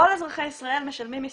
כל אזרחי ישראל משלמים מסים,